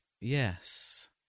Yes